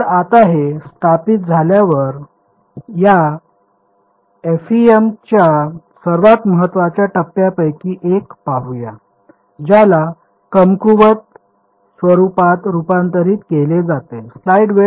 तर आता हे स्थापित झाल्यावर या FEM च्या सर्वात महत्त्वाच्या टप्प्यांपैकी एक पाहूया ज्याला कमकुवत स्वरूपात रुपांतरित केले जाते